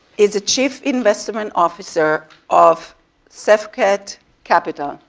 is a chief investment officer of safkhet capital,